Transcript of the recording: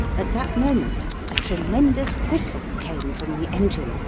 at that moment a tremendous whistle came from the engine,